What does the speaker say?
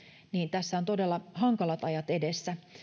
tässä on todella hankalat ajat edessä